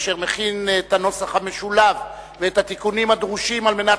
אשר מכין את הנוסח המשולב ואת התיקונים הדרושים על מנת